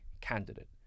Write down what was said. candidate